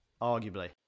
Arguably